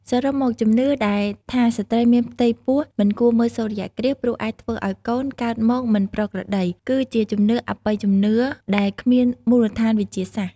សរុបមក ជំនឿដែលថាស្ត្រីមានផ្ទៃពោះមិនគួរមើលសូរ្យគ្រាស ព្រោះអាចធ្វើឲ្យកូនកើតមកមិនប្រក្រតី គឺជាជំនឿអបិយជំនឿដែលគ្មានមូលដ្ឋានវិទ្យាសាស្ត្រ ។